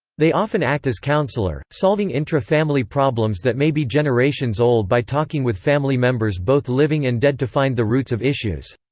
they often act as counselor, solving intra-family problems that may be generations old by talking with family members both living and dead to find the roots of issues.